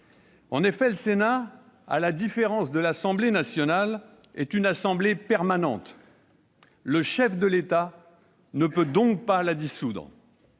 En effet, le Sénat, à la différence de l'Assemblée nationale, est une assemblée permanente. Le chef de l'État ne peut donc pas la dissoudre.